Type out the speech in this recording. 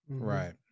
Right